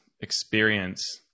experience